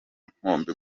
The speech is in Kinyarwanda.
nkombe